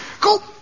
Go